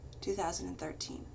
2013